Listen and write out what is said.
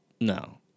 No